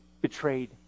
betrayed